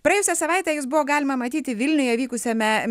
praėjusią savaitę jus buvo galima matyti vilniuje vykusiame